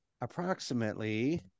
approximately